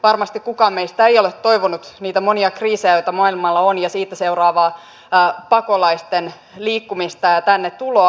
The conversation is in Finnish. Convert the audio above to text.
varmasti kukaan meistä ei ole toivonut niitä monia kriisejä joita maailmalla on ja siitä seuraavaa pakolaisten liikkumista ja tänne tuloa